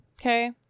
Okay